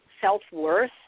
self-worth